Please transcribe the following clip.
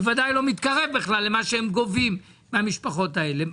בוודאי לא כזאת שמתקרבת בכלל למה שהם גובים מהמשפחות האלה.